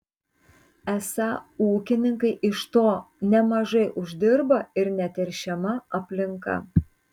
esą ūkininkai iš to nemažai uždirba ir neteršiama aplinka